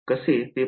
कसे ते पाहू